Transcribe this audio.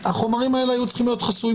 החומרים האלה היו אמורים להיות חסויים,